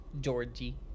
Georgie